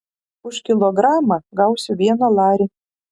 už kilogramą gausiu vieną larį